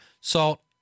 salt